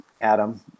Adam